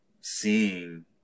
seeing